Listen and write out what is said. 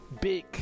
big